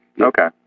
Okay